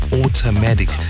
automatic